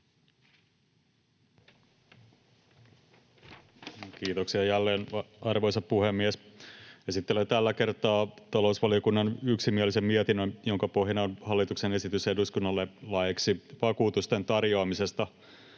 Kiitoksia jälleen, arvoisa puhemies! Esittelen tällä kertaa talousvaliokunnan yksimielisen mietinnön, jonka pohjana on hallituksen esitys eduskunnalle laeiksi vakuutusten tarjoamisesta